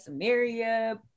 samaria